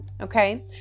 okay